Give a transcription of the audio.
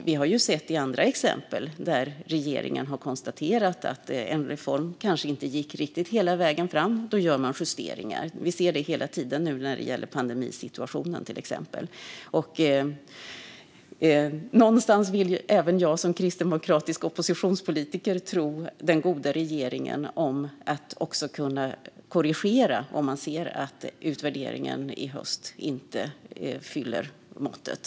Vi har sett andra exempel på när regeringen har konstaterat att en reform inte gått hela vägen fram och då gjort justeringar. Vi ser det ju hela tiden nu i pandemisituationen. Även jag som kristdemokratisk oppositionspolitiker vill tro regeringen om att kunna korrigera om man i utvärderingen i höst ser att reformen inte håller måttet.